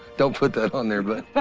don't put that on there, bud.